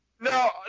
No